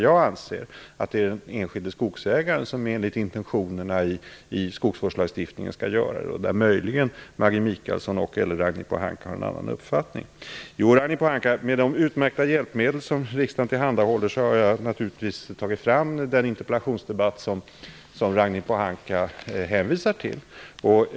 Jag anser att det är den enskilde skogsägaren som enligt skogsvårdslagstiftningens intentioner skall göra det. Möjligen har Maggi Mikaelsson och/eller Ragnhild Pohanka en annan uppfattning där. Jo, Ragnhild Pohanka, tack vare de utmärkta hjälpmedel som riksdagen tillhandahåller har jag tagit fram den interpellationsdebatt som Ragnhild Pohanka hänvisar till.